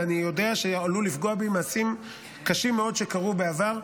ואני יודע שהוא עלול לפגוע בי ממעשים קשים מאוד שקרו בעבר.